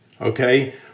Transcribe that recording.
Okay